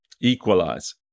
equalize